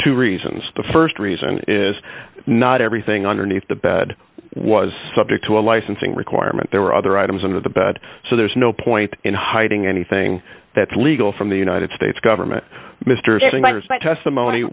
two reasons the st reason is not everything underneath the bed was subject to a licensing requirement there were other items under the bed so there's no point in hiding anything that's legal from the united states government m